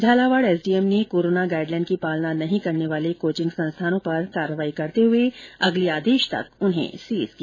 Jhalawar SDM ने corona guideline की पालना नहीं करने वाले कोचिंग संस्थानों पर कार्रवाई करते हुए अगले आदेश तक उन्हे सीज किया